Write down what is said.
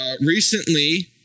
Recently